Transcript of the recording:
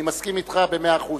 אני מסכים אתך במאה אחוזים.